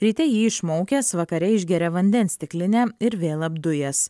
ryte jį išmaukęs vakare išgeria vandens stiklinę ir vėl apdujęs